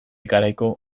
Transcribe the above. garaiko